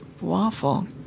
waffle